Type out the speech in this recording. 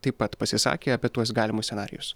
taip pat pasisakė apie tuos galimus scenarijus